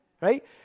Right